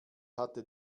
hatte